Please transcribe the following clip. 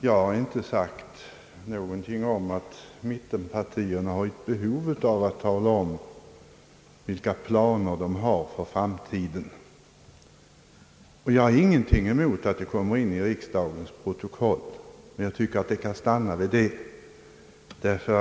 Jag har inte sagt något om att mittenpartierna har ett behov att tala om vilka planer de har för framtiden, och jag har ingenting emot att det kommer in i riksdagens protokoll, men jag tycker att det kan stanna vid det.